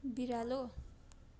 बिरालो